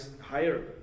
higher